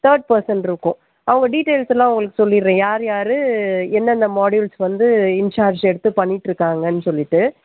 third person இருக்கும் அவங்க டீடைல்ஸ்லாக உங்களுக்கு சொல்லிடுறேன் யார் யார் எந்தெந்த மாடியுள்ஸ் வந்து இன்ஜார்ஜ் எடுத்து பண்ணிகிட்டுருக்காங்கன்னு சொல்லிவிட்டு